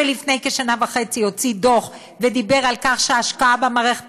שלפני כשנה וחצי הוציא דוח ודיבר על כך שההשקעה במערכת